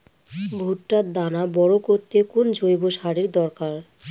ভুট্টার দানা বড় করতে কোন জৈব সারের দরকার?